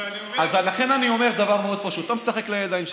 אני אומר דבר מאוד פשוט, אתה משחק לידיים שלהם.